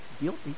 Guilty